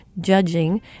judging